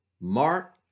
Mark